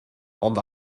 ond